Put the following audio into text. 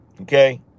Okay